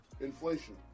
Inflation